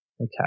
Okay